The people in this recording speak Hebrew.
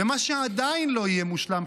ומה שעדיין לא יהיה מושלם,